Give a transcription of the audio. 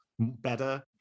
Better